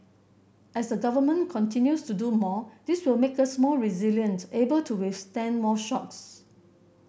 as the Government continues to do more this will make us more resilient able to withstand more shocks